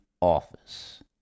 office